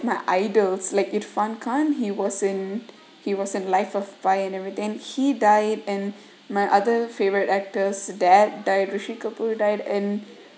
my idols like irrfan-khan he was in he was in life of pi and everything he died and my other favorite actors died like rishi-kapoor died and